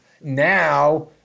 now